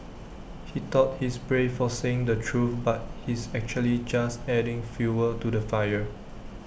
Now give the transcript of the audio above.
he thought he's brave for saying the truth but he's actually just adding fuel to the fire